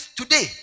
today